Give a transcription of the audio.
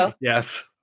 Yes